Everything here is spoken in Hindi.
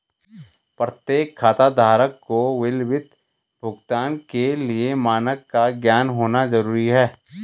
प्रत्येक खाताधारक को विलंबित भुगतान के लिए मानक का ज्ञान होना जरूरी है